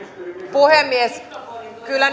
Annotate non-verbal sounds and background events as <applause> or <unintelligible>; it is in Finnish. puhemies kyllä <unintelligible>